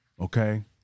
Okay